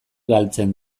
galtzen